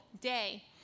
day